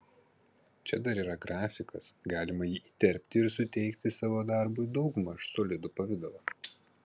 čia dar yra grafikas galima jį įterpti ir suteikti savo darbui daugmaž solidų pavidalą